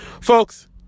Folks